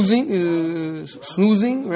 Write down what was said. Snoozing